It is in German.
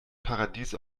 paradies